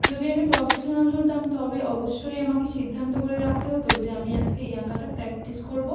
যদি আমি প্রফেশনাল হতাম তবে অবশ্যই আমাকে সিদ্ধান্ত করে রাখতে হতো যে আমি আজকে এই আঁকাটা প্র্যাক্টিস করবো